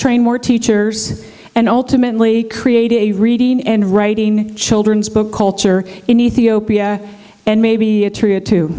train more teachers and ultimately create a reading and writing children's book culture in ethiopia and maybe a tr